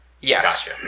Yes